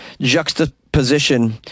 juxtaposition